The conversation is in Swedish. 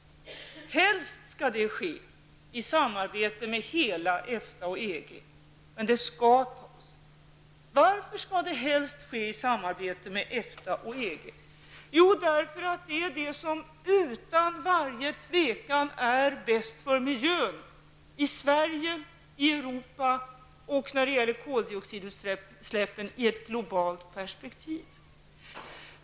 Det skall helst ske i samarbete med hela EFTA och EG, men det skall tas. Varför skall det helst ske i samarbete med EFTA och EG? Jo, därför att det utan varje tvivel är bäst för miljön i Sverige och i Europa och även när det gäller koldioxidutsläppen i ett globalt perspektiv.